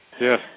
Yes